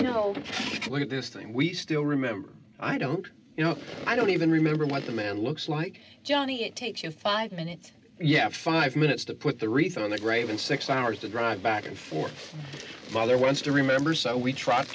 you know i want this thing we still remember i don't you know i don't even remember what the man looks like johnny it takes you five minutes you have five minutes to put the research on the grave in six hours to drive back and forth father wants to remember so we tr